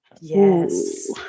yes